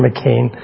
McCain